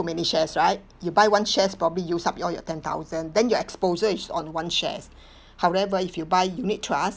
many shares right you buy one shares probably use up all your ten thousand then your exposure is on one shares however if you buy unit trusts